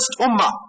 ummah